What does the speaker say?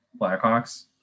Blackhawks